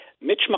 Mitch